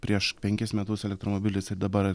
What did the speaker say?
prieš penkis metus elektromobilis ir dabar